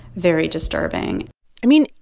very disturbing i mean,